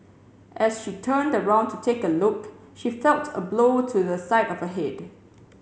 as she turned around to take a look she felt a blow to the side of a head